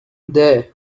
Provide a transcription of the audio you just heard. there